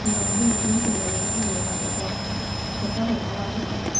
ꯈꯨꯡꯒꯪꯒꯤ ꯃꯐꯝꯁꯤꯡꯗ ꯂꯩꯉꯥꯛꯅ ꯂꯩꯉꯥꯛꯄꯗ ꯁꯣꯊꯍꯧꯕ ꯑꯋꯥꯠꯄꯁꯤꯡ ꯑꯗꯨ